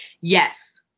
Yes